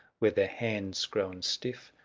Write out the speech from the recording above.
were their hands grown stiff,